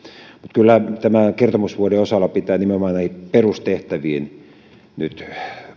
tämän kertomusvuoden osalta pitää kyllä nimenomaan näihin perustehtäviin nyt